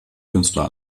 künstler